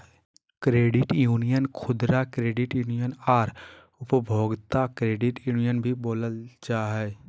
credit union खुदरा credit union आर उपभोक्ता क्रेडिट यूनियन भी बोलल जा हइ